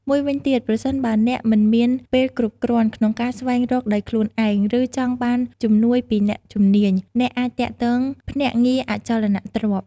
មួយវិញទៀត ប្រសិនបើអ្នកមិនមានពេលគ្រប់គ្រាន់ក្នុងការស្វែងរកដោយខ្លួនឯង ឬចង់បានជំនួយពីអ្នកជំនាញ អ្នកអាចទាក់ទងភ្នាក់ងារអចលនទ្រព្យ។